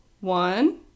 One